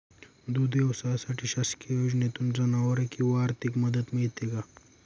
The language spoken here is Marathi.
दूध व्यवसायासाठी शासकीय योजनेतून जनावरे किंवा आर्थिक मदत मिळते का?